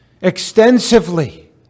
extensively